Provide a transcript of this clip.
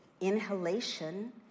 inhalation